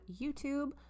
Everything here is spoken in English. YouTube